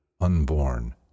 unborn